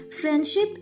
friendship